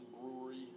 Brewery